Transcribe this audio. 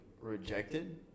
rejected